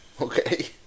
okay